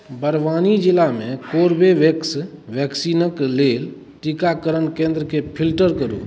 बड़वानी जिलामे कोरबेवेक्स वैक्सीनक लेल टीकाकरण केन्द्रके फ़िल्टर करू